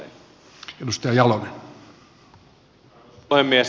arvoisa puhemies